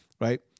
Right